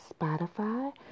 Spotify